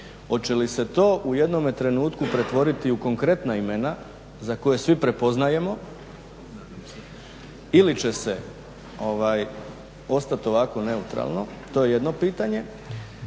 Hoće li se to u jednome trenutku pretvoriti u konkretna imena za koja svi prepoznajemo ili će se ostati ovako neutralno? To je jedno pitanje.